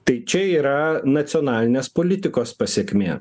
tai čia yra nacionalinės politikos pasekmė